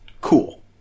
cool